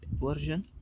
version